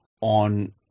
on